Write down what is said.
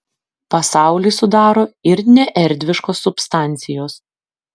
pasaulį sudaro ir neerdviškos substancijos